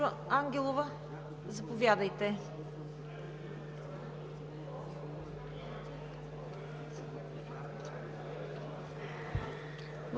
Благодаря.